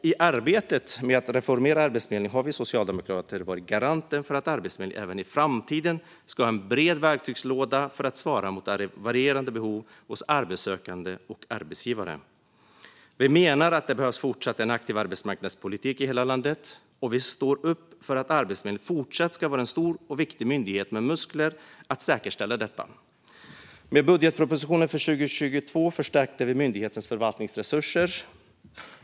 I arbetet med att reformera Arbetsförmedlingen har vi socialdemokrater varit garanter för att Arbetsförmedlingen även i framtiden ska ha en bred verktygslåda för att svara mot varierande behov hos arbetssökande och arbetsgivare. Vi menar att det fortsatt behövs en aktiv arbetsmarknadspolitik i hela landet, och vi står upp för att Arbetsförmedlingen ska fortsätta att vara en stor och viktig myndighet med muskler att säkerställa detta. Med budgetpropositionen för 2022 förstärkte vi myndighetens förvaltningsresurser.